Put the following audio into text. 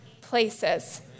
places